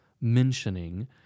mentioning